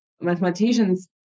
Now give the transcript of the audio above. mathematicians